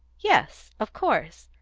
yes, of course.